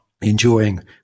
enjoying